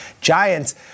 Giants